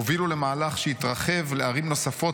הובילו למהלך שהתרחב לערים נוספות,